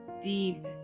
deep